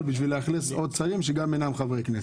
בשביל לאכלס עוד שרים שאינם חברי כנסת.